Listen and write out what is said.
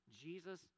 Jesus